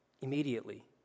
Immediately